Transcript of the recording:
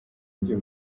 buryo